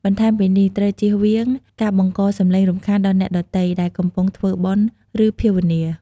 បន្ថែមពីនេះ ត្រូវចៀសវាងការបង្ករសំឡេងរំខានដល់អ្នកដទៃ ដែលកំពុងធ្វើបុណ្យ ឬភាវនា។